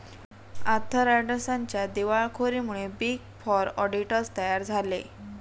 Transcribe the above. Arthur अँडरसनच्या दिवाळखोरीमुळे big four auditors तयार झाले